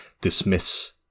dismiss